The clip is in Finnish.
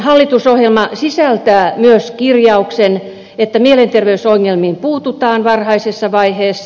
hallitusohjelma sisältää myös kirjauksen että mielenterveysongelmiin puututaan varhaisessa vaiheessa